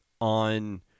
on